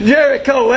Jericho